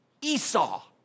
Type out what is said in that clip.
Esau